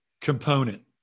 component